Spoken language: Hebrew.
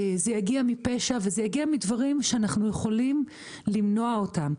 זה יגיע מפשע וזה יגיע ממקומות שאנחנו יכולים למנוע אותם.